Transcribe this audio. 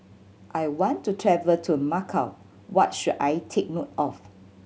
I want to travel to Macau what should I take note of